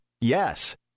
Yes